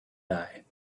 die